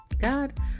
God